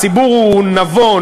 הציבור הוא נבון,